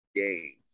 game